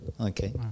okay